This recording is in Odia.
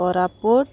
କୋରାପୁଟ